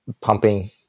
pumping